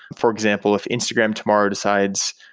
for example, if instagram tomorrow decides,